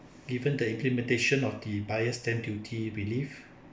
given the implementation of the buyer's stamp duty relief